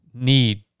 need